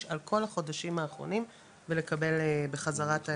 על כל החודשים האחרונים ולקבל בחזרה את ההחזרים.